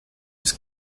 was